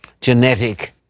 genetic